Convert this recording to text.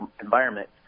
environment